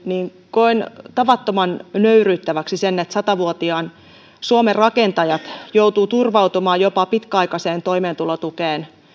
koen tavattoman nöyryyttäväksi sen että sata vuotiaan suomen rakentajat joutuvat turvautumaan jopa pitkäaikaiseen toimeentulotukeen